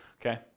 Okay